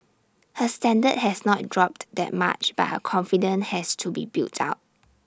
her standard has not dropped that much but her confidence has to be built up